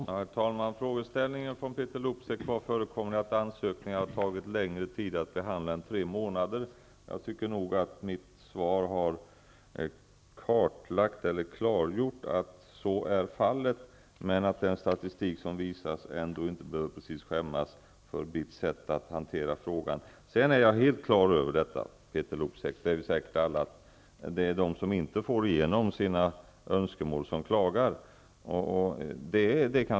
Herr talman! Frågan från Peeter Luksep gällde att det har förekommit att det tar längre tid än tre månader att behandla en ansökning. Jag tycker nog att mitt svar har klargjort att så är fallet, men att BITS utifrån statistiken ändå inte behöver skämmas för sitt sätt att hantera ärendena. Jag är helt klar över -- det är vi säkert alla -- att det är de som inte får igenom sina önskemål som klagar.